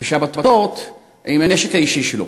בשבתות עם הנשק האישי שלו.